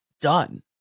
done